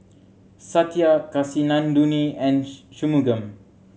Satya Kasinadhuni and Shunmugam